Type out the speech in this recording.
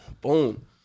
boom